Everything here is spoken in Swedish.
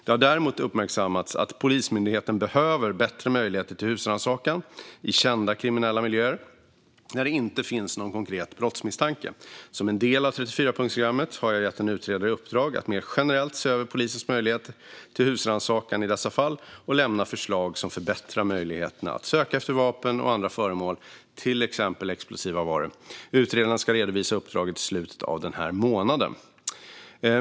Det har däremot uppmärksammats att Polismyndigheten behöver bättre möjligheter till husrannsakan i kända kriminella miljöer när det inte finns någon konkret brottsmisstanke. Som en del av 34-punktsprogrammet har jag gett en utredare i uppdrag att mer generellt se över polisens möjligheter till husrannsakan i dessa fall och att lämna förslag som förbättrar möjligheterna att söka efter vapen och andra farliga föremål, till exempel explosiva varor. Utredaren ska redovisa uppdraget i slutet av den här månaden.